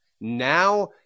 Now